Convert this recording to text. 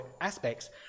aspects